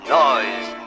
noise